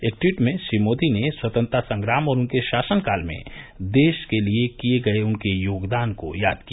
एक ट्वीट में श्री मोदी ने स्वतंत्रता संग्राम और उनके शासनकाल में देश के लिए किए गए उनके योगदान को याद किया